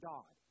God